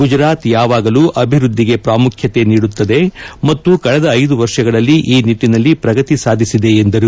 ಗುಜರಾತ್ ಯಾವಾಗಲೂ ಅಭಿವೃದ್ದಿಗೆ ಪ್ರಾಮುಖ್ಯತೆ ನೀಡುತ್ತದೆ ಮತ್ತು ಕಳಧ ಐದು ವರ್ಷಗಳಲ್ಲಿ ಈ ನಿಟ್ಟಿನಲ್ಲಿ ಪ್ರಗತಿ ಸಾಧಿಸಿದೆ ಎಂದರು